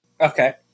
Okay